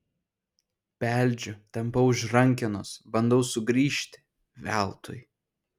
beldžiu tampau už rankenos bandau sugrįžti veltui